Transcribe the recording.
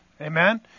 amen